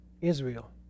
Israel